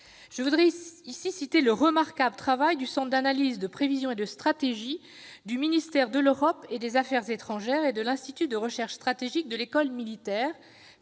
Permettez-moi de citer le remarquable travail du centre d'analyse, de prévision et de stratégie du ministère de l'Europe et des affaires étrangères et de l'institut de recherche stratégique de l'École militaire